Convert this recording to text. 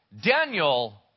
Daniel